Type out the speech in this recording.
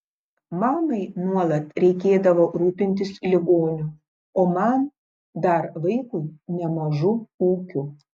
mamai nuolat reikėdavo rūpintis ligoniu o man dar vaikui nemažu ūkiu